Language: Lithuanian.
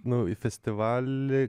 nu festivaliai